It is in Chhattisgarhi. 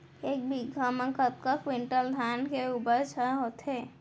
एक बीघा म कतका क्विंटल धान के उपज ह होथे?